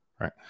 Right